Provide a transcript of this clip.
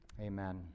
amen